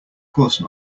course